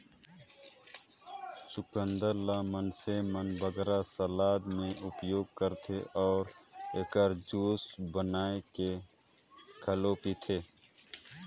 चुकंदर ल मइनसे मन बगरा सलाद में उपयोग करथे अउ एकर जूस बनाए के घलो पीथें